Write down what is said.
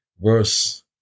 verse